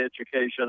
education